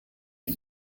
die